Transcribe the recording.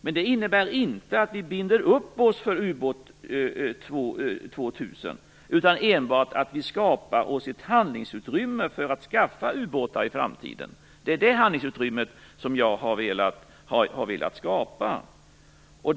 Men det innebär inte att vi binder upp oss för ubåt 2000, utan enbart att vi skapar oss ett handlingsutrymme för att skaffa ubåtar i framtiden. Det är det handlingsutrymmet som jag har velat skapa.